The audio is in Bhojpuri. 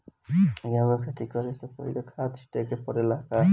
गेहू के खेती करे से पहिले खाद छिटे के परेला का?